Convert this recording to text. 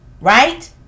right